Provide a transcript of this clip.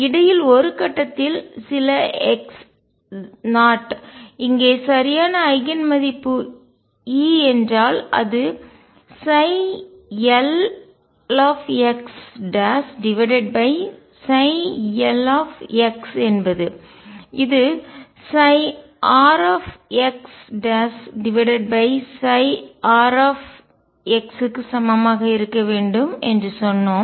இடையில் ஒரு கட்டத்தில் சில x 0 இங்கே சரியான ஐகன்மதிப்பு E என்றால் அது l l என்பது இது rr க்கு சமமாக இருக்க வேண்டும் என்று சொன்னோம்